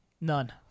None